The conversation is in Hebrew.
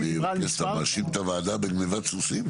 --- אתה מאשים את הוועדה בגניבת סוסים?